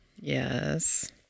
Yes